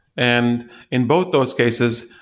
and in both those cases,